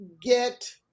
get